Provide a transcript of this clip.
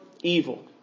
evil